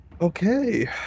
okay